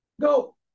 go